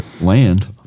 land